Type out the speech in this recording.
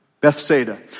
Bethsaida